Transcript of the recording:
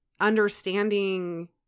understanding